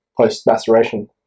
post-maceration